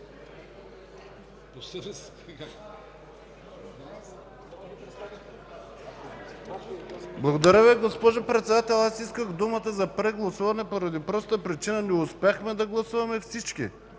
Благодаря Ви, госпожо Председател. Аз исках думата за прегласуване поради простата причина, че не успяхме да гласуваме всички.